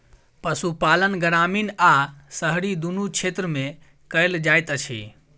पशुपालन ग्रामीण आ शहरी दुनू क्षेत्र मे कयल जाइत छै